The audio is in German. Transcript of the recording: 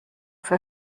für